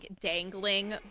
dangling